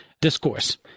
discourse